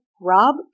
Rob